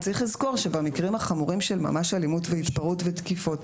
וצריך לזכור שבמקרים החומרים של ממש אלימות והתפרעות ותקיפות,